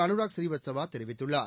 அனுராக் ஸ்ரீவஸ்தவா தெரிவித்துள்ளார்